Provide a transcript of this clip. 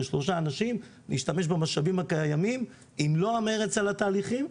שלושה אנשים להשתמש במשאבים הקיימים עם מלוא המרץ על התהליכים,